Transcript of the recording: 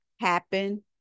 happen